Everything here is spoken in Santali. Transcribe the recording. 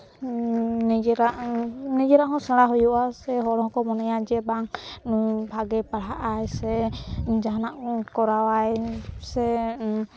ᱱᱤᱡᱮᱨᱟᱜ ᱱᱤᱡᱮᱨᱟᱜ ᱦᱚᱸ ᱥᱮᱬᱟ ᱦᱩᱭᱩᱜᱼᱟ ᱦᱚᱲ ᱦᱚᱸᱠᱚ ᱢᱚᱱᱮᱭᱟ ᱡᱮ ᱵᱟᱝ ᱵᱷᱟᱜᱮ ᱯᱟᱲᱦᱟᱜᱼᱟᱭ ᱥᱮ ᱡᱟᱦᱟᱱᱟᱜ ᱠᱚᱨᱟᱣᱟᱭ ᱥᱮ